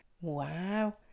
Wow